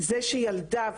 זה שילדה,